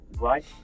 right